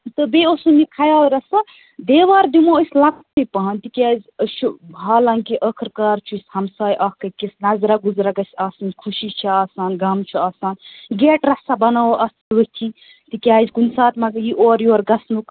تہٕ بیٚیہِ اوسُم یہِ خیال رَژھا دیٚوار دِمو أس لوٚکٹُے پَہن تہِ کیازِ أسۍ چھِ ہالانٛکہِ ٲخٕر کار چھِ ہمساےٛ اکھ أکِس نظرا گُزرا گَژھہِ آسٕنۍ خُشی چھِ آسان غم چھُ آسان گیٹہٕ رَژھا بناوو اتھ پٔتھۍ کِنۍ تہِ کیازِ کُنہ ساتہ ما یی اورٕ یورٕ گَژھنُک